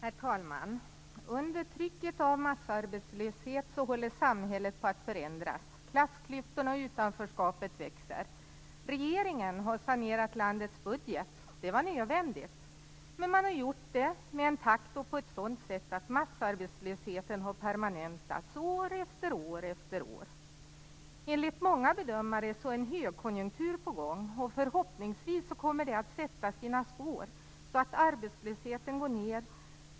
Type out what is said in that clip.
Herr talman! Under trycket av massarbetslöshet håller samhället på att förändras. Klassklyftorna och utanförskapet växer. Regeringen har sanerat landets budget. Det var nödvändigt. Det har man gjort i en takt och på ett sådant sätt som gjort att massarbetslösheten permanentats år efter år. Enligt många bedömare är en högkonjunktur på gång. Förhoppningsvis kommer det att sätta sina spår så att arbetslösheten går ned.